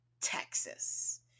Texas